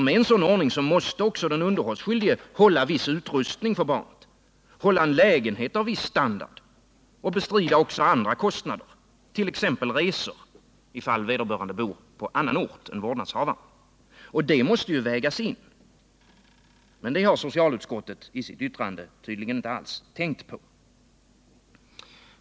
Man måste då hålla viss utrustning, lägenhet av viss standard samt bestrida också andra kostnader, exempelvis resor om man bor på annan ort än vårdnadshavaren. Detta måste vägas in. Men det har socialutskottet i sitt betänkande tydligen inte tänkt på.